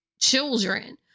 children